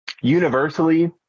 universally